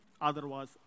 Otherwise